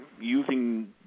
using